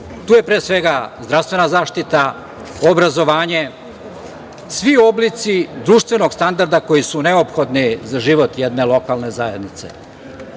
To je, pre svega, zdravstvena zaštita, obrazovanje, svi oblici društvenog standarda koji su neophodni za život jedne lokalne zajednice.